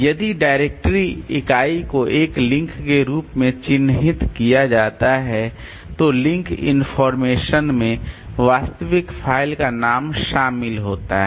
यदि डायरेक्टरी इकाई को एक लिंक के रूप में चिह्नित किया जाता है तो लिंक इनफार्मेशन में वास्तविक फ़ाइल का नाम शामिल होता है